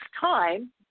time